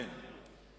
השר, כן.